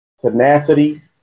tenacity